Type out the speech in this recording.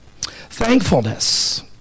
thankfulness